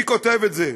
מי כותב את זה?